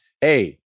Hey